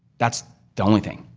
that's the only thing.